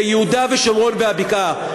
ויהודה ושומרון והבקעה.